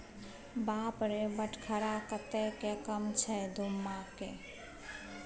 बाप रे बटखरा कतेक कम छै धुम्माके